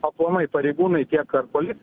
aplamai pareigūnai tiek ar poli